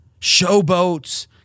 showboats